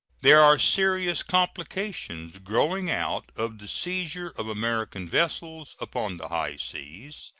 there are serious complications growing out of the seizure of american vessels upon the high seas,